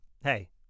Hey